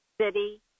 city